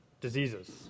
diseases